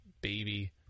baby